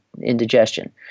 indigestion